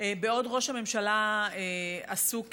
בעוד ראש הממשלה עסוק,